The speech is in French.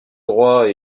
droit